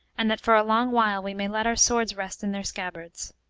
and that for a long while we may let our swords rest in their scabbards.